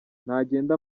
nagende